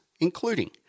including